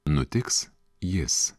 nutiks jis